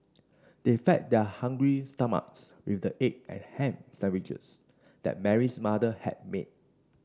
they fed their hungry stomachs with the egg and ham sandwiches that Mary's mother had made